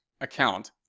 account